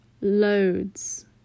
loads